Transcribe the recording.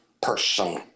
person